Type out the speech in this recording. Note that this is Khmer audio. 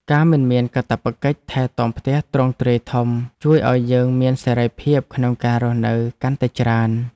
ការមិនមានកាតព្វកិច្ចថែទាំផ្ទះទ្រង់ទ្រាយធំ ជួយឱ្យយើងមានសេរីភាពក្នុងការរស់នៅកាន់តែច្រើន។